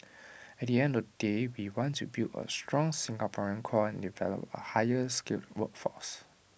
at the end of the day we want to build A strong Singaporean core and develop A higher skilled workforce